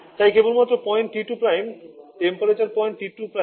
TC তাই কেবলমাত্র point টি 2 টেম্পারেচার পয়েন্ট 2